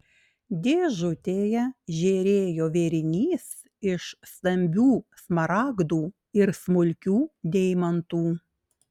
dėžutėje žėrėjo vėrinys iš stambių smaragdų ir smulkių deimantų